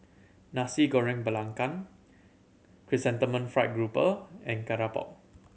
Nasi Goreng Belacan Chrysanthemum Fried Grouper and keropok